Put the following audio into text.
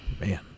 Man